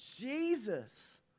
Jesus